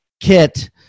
kit